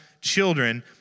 children